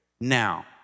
Now